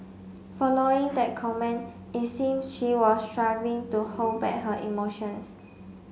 following that comment it seem she was struggling to hold back her emotions